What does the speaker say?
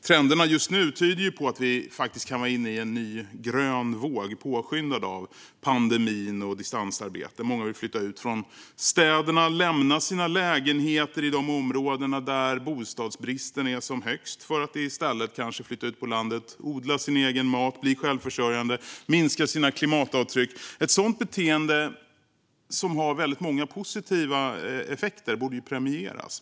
Trenderna just nu tyder på att vi kan vara inne i en ny grön våg, påskyndad av pandemin och distansarbete. Många vill flytta ut från städerna och lämna sina lägenheter i de områden där bostadsbristen är som störst för att i stället flytta ut på landet, odla sin egen mat, bli självförsörjande och minska sina klimatavtryck. Ett sådant beteende, som har många positiva effekter, borde premieras.